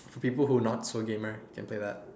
to people who not so gamer can play that